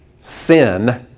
sin